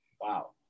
Wow